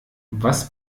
was